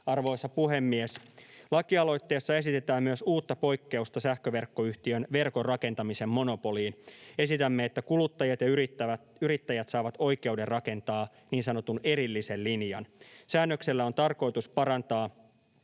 Arvoisa puhemies! Lakialoitteessa esitetään myös uutta poikkeusta sähköverkkoyhtiön verkon rakentamisen monopoliin. Esitämme, että kuluttajat ja yrittäjät saavat oikeuden rakentaa niin sanotun erillisen linjan. Säännöksellä on tarkoitus parantaa